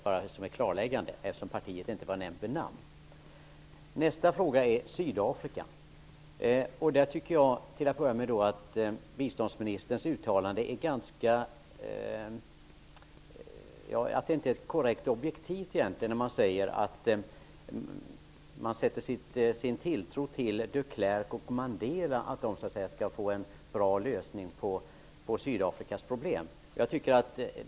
Jag vill göra detta klarläggande, eftersom partiet inte var nämnt med namn. Nästa fråga gäller Sydafrika. Där tycker jag till att börja med att biståndsministerns uttalande inte är objektivt korrekt. Han säger att man sätter sin tilltro till att De Klerk och Mandela skall få en bra lösning på Sydafrikas problem.